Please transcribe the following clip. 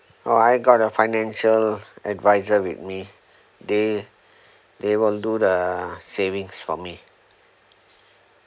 orh I got a financial adviser with me they they will do the savings for me